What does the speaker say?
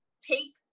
take